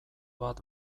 bat